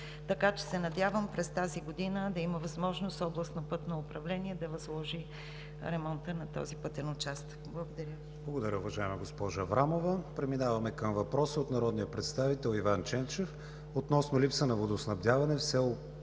Така че се надявам през тази година да има възможност Областното пътно управление да възложи ремонта на този пътен участък. Благодаря Ви. ПРЕДСЕДАТЕЛ КРИСТИАН ВИГЕНИН: Благодаря Ви, уважаема госпожо Аврамова. Преминаваме към въпроса от народния представител Иван Ченчев относно липса на водоснабдяване в село